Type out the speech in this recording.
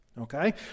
Okay